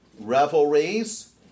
revelries